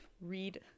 read